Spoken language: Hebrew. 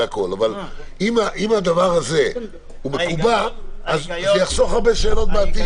אבל אם הדבר הזה מקובע זה יחסוך הרבה שאלות בעתיד.